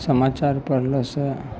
समाचार पढ़लासॅं